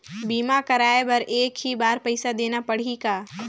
बीमा कराय बर एक ही बार पईसा देना पड़ही का?